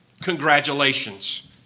Congratulations